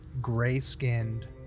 gray-skinned